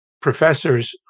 professors